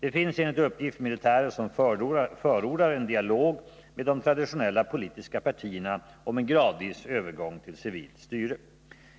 Det finns enligt uppgift militärer som förordar en dialog med de traditionella politiska partierna om en gradvis övergång till civilt styre.